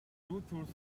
bluetooth